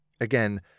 Again